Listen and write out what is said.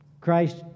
Christ